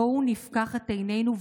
בואו נפקח את עינינו, תודה.